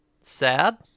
sad